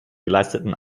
geleisteten